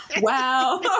Wow